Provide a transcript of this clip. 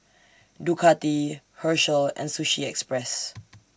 Ducati Herschel and Sushi Express